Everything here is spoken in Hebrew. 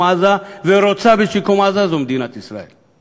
עזה ורוצה בשיקום עזה זו מדינת ישראל.